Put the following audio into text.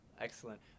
Excellent